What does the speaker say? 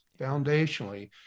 foundationally